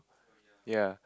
ya